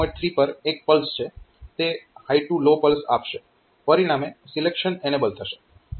3 પર એક પલ્સ છે તે હાય ટૂ લો પલ્સ આપશે પરિણામે સિલેક્શન એનેબલ થશે